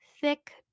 thick